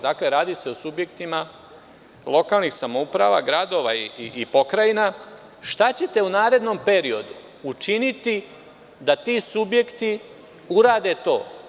Dakle, radi se o subjektima lokalnih samouprava, gradova i pokrajina, šta ćete u narednom periodu učiniti da ti subjekti urade to?